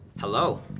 Hello